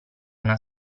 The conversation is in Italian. una